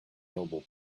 nobel